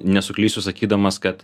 nesuklysiu sakydamas kad